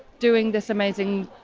doing this amazing,